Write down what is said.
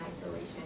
isolation